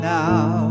now